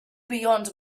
beyond